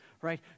right